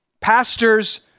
Pastors